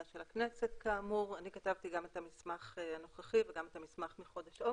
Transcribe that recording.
אני כתבתי גם את המסמך הנוכחי וגם את המסמך מחודש אוגוסט.